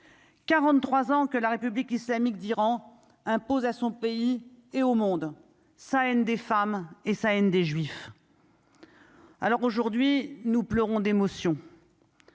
43 ans, que la République islamique d'Iran impose à son pays et au monde, scène des femmes et ça haine des juifs, alors aujourd'hui nous pleurons d'émotion.